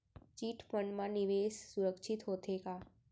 Chit fund मा निवेश सुरक्षित होथे का?